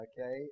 okay